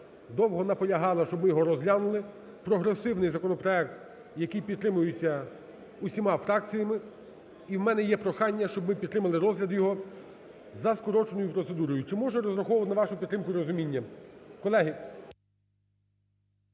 довго наполягала, щоб його розглянули, прогресивний законопроект, який підтримується усіма фракціями. І в мене є прохання, щоб ми підтримали розгляд його за скороченою процедурою. Чи можу я розраховувати на вашу підтримку і розумінням,